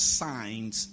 signs